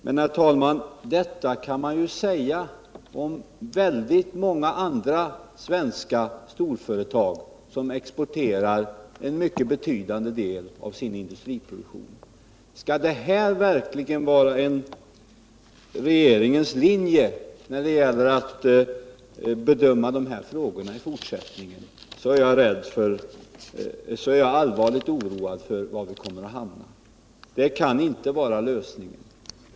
Men, herr talman, detta kan man ju säga också om många andra svenska storföretag som exporterar en mycket betydande del av sin industriproduktion. Skall detta verkligen vara regeringens linje när det gäller att bedöma de här frågorna i fortsättningen, då är jag allvarligt oroad över var vi kommer att hamna. Det kan inte vara den rätta lösningen.